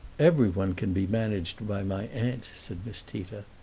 everyone can be managed by my aunt, said miss tita.